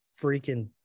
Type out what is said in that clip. freaking